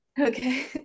Okay